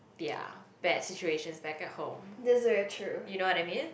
their bad situations back at home you know what I mean